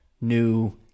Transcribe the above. new